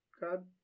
god